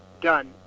done